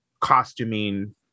costuming